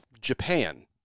Japan